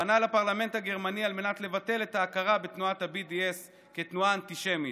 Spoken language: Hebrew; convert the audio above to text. פנה לפרלמנט הגרמני על מנת לבטל את ההכרה בתנועת ה-BDS כתנועה אנטישמית,